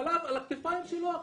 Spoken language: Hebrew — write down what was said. הכול על הכתפיים שלו.